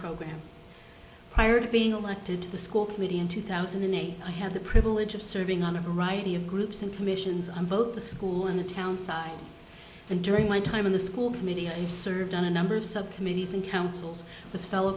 program prior to being elected to the school committee in two thousand and eight i had the privilege of serving on a variety of groups and commissions on both the school and the town side and during my time in the school committee i served on a number of subcommittees and counsels the fellow